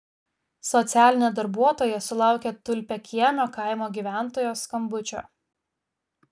socialinė darbuotoja sulaukė tulpiakiemio kaimo gyventojos skambučio